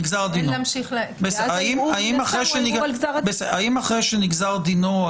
האם אחרי שנגזר דינו,